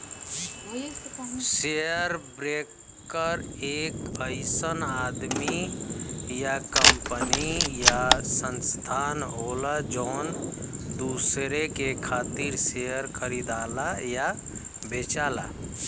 share broker एक अइसन आदमी या कंपनी या संस्थान होला जौन दूसरे के खातिर शेयर खरीदला या बेचला